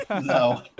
No